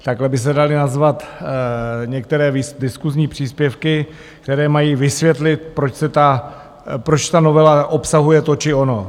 Takhle by se daly nazvat některé diskusní příspěvky, které mají vysvětlit, proč ta novela obsahuje to či ono.